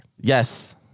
Yes